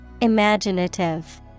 Imaginative